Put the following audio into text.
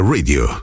Radio